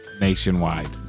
nationwide